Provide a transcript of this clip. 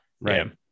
Right